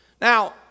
Now